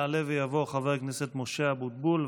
יעלה ויבוא חבר הכנסת משה אבוטבול,